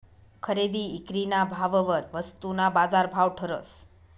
खरेदी ईक्रीना भाववर वस्तूना बाजारभाव ठरस